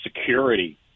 security